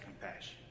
compassion